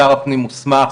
שר הפנים מוסמך